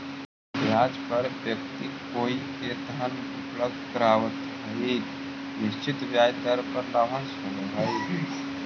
ब्याज पर व्यक्ति कोइओ के धन उपलब्ध करावऽ हई त निश्चित ब्याज दर पर लाभांश होवऽ हई